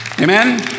Amen